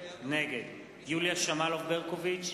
נגד יוליה שמאלוב-ברקוביץ,